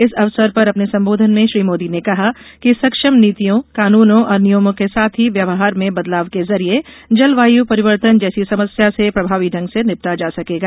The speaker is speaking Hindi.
इस अवसर पर अपने संबोधन में श्री मोदी ने कहा कि सक्षम नीतियों कानूनों और नियमों के साथ ही व्यवहार में बदलाव के जरिए जलवायु परिवर्तन जैसी समस्या से प्रभावी ढंग से निपटा जा सकता है